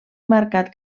marcat